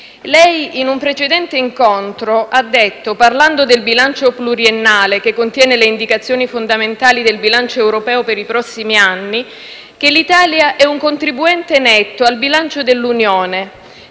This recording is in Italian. In un precedente incontro, lei, presidente Conte, parlando del bilancio pluriennale, che contiene le indicazioni fondamentali del bilancio europeo per i prossimi anni, ha detto che l'Italia è un contribuente netto al bilancio dell'Unione